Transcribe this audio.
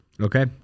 Okay